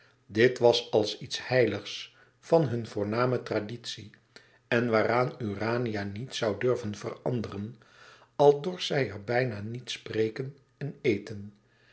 dit was als iets heiligs van hunne voorname traditie en waaraan urania niets zoû durven veranderen al dorst zij er bijna niet spreken en eten